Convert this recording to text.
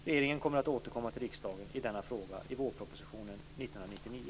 Regeringen kommer att återkomma till riksdagen i denna fråga i vårpropositionen 1999.